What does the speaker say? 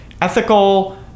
ethical